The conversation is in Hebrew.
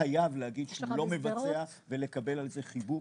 חייב להגיד שהוא לא מבצע, ולקבל על זה חיבוק.